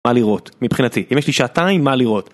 מה לראות מבחינתי אם יש לי שעתיים מה לראות